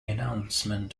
announcement